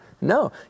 no